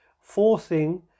forcing